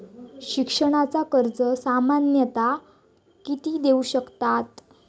शिक्षणाचा कर्ज सामन्यता किती देऊ शकतत?